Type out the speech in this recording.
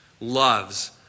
loves